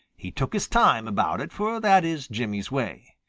he took his time about it, for that is jimmy's way.